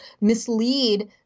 mislead